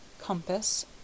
compass